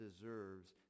deserves